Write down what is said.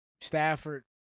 Stafford